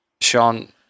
Sean